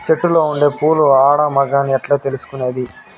చెట్టులో ఉండే పూలు ఆడ, మగ అని ఎట్లా తెలుసుకునేది?